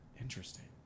Interesting